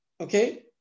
Okay